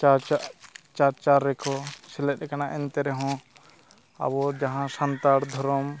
ᱪᱟᱨᱪᱟ ᱪᱟᱨᱪᱟᱨᱮᱠᱚ ᱥᱮᱞᱮᱫ ᱟᱠᱟᱱᱟ ᱮᱱᱛᱮ ᱨᱮᱦᱚᱸ ᱟᱵᱚ ᱡᱟᱦᱟᱸ ᱥᱟᱱᱛᱟᱲ ᱫᱷᱚᱨᱚᱢ